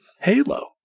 Halo